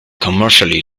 commercially